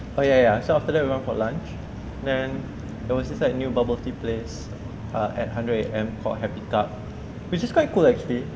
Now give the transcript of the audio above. oh ya ya so after that we went for lunch then there was this like new bubble tea place ah at ten am call Happy Cup which is quite cool actually